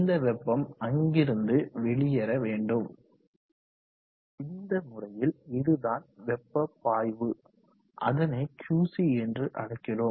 இந்த வெப்பம் அங்கிருந்து வெளியேற வேண்டும் இந்த முறையில் இதுதான் வெப்ப பாய்வு அதனை QC என்று அழைக்கிறோம்